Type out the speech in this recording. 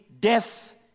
death